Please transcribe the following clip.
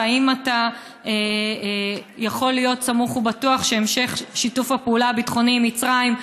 האם אתה יכול להיות סמוך ובטוח שהמשך שיתוף הפעולה הביטחוני עם מצרים,